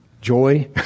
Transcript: joy